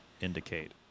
indicate